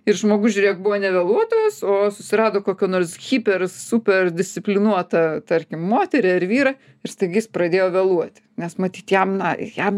ir žmogus žiūrėk buvo nevėluotojas o susirado kokio nors hyper super disciplinuotą tarkim moterį ar vyrą ir staiga jis pradėjo vėluoti nes matyt jam na jam